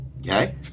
Okay